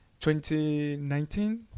2019